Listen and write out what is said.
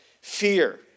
fear